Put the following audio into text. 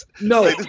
no